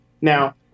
Now